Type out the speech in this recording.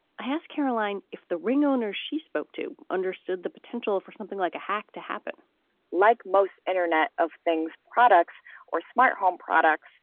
i asked caroline if the ring owners she spoke to understood the potential for something like a hack to happen like most internet of things products or smart home products,